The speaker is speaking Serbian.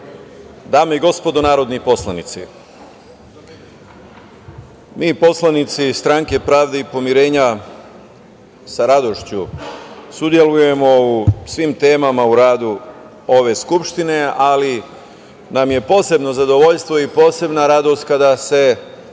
dame i gospodo narodni poslanici, mi poslanici Stranke pravde i pomirenja sa radošću sudelujemo u svim temama u radu ove Skupštine ali nam je posebno zadovoljstvo i posebna radost kada se